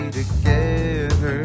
together